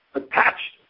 attached